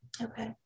Okay